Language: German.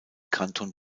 kanton